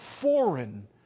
foreign